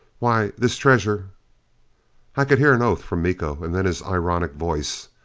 why, this treasure i could hear an oath from miko. and then his ironic voice.